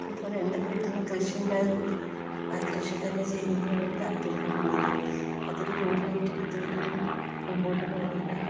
ഇപ്പോൾ രണ്ട് വീട്ടിലും കൃഷിയുണ്ടായത് കൊണ്ട് ആ കൃഷി തന്നെ ചെയ്യുന്നതാണ് താൽപ്പര്യം കാണുന്നത് അതൊരു ജോലി ആയിട്ട് എടുത്ത് കൊണ്ട് തന്നെ മുമ്പോട്ട് പോകുന്നുണ്ട്